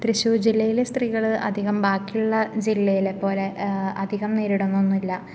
തൃശ്ശൂര് ജില്ലയിലെ സ്ത്രീകള് അധികം ബാക്കിയുള്ള ജില്ലയിലെപ്പോലെ അധികം നേരിടുന്നൊന്നുമില്ല